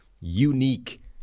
unique